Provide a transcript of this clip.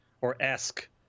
or-esque